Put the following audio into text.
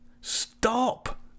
Stop